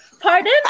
Pardon